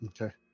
Okay